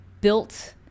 built